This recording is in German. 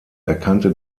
erkannte